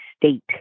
state